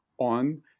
on